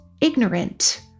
ignorant